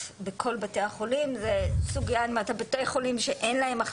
הוא פחות מאשר במחלקה פנימית למרות החולים הקשים שיש,